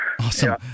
Awesome